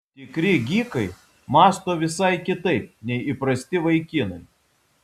tikri gykai mąsto visai kitaip nei įprasti vaikinai